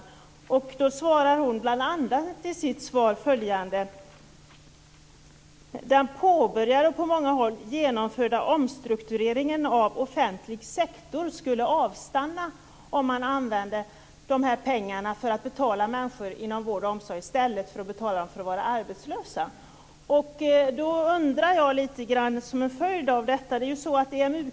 Hon sade bl.a. i sitt svar att den påbörjade och på många håll genomförda omstruktureringen av offentlig sektor skulle avstanna om man använde de här pengarna för att betala människor inom vård och omsorg i stället för att betala dem för att vara arbetslösa.